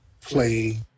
play